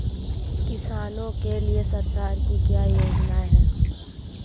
किसानों के लिए सरकार की क्या योजनाएं हैं?